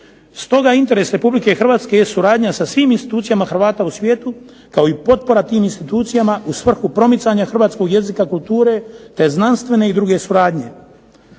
Stoga interes Republike Hrvatske jest suradnja sa svim institucijama Hrvata u svijetu, kao i potpora tim institucijama u svrhu promicanja hrvatskog jezika, kulture te znanstvene i druge suradnje.